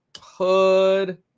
Hood